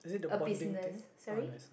a business sorry